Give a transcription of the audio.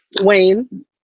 Wayne